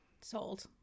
Sold